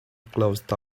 closed